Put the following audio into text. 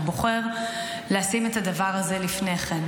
הוא בוחר לשים את הדבר הזה לפני כן.